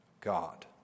God